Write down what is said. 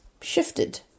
shifted